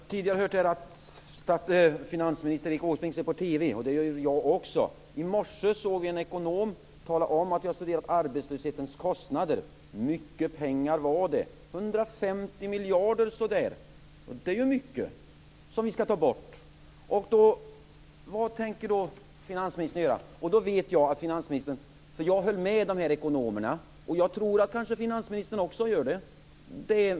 Fru talman! Vi har tidigare här hört att finansminister Erik Åsbrink ser på TV. Det gör jag också. I morse såg jag en ekonom som hade studerat arbetslöshetens kostnader. Mycket pengar var det - så där en 150 miljarder! Det är mycket vi skall ta bort. Vad tänker då finansministern göra? Jag höll med ekonomerna, och jag tror att kanske också finansministern gör det.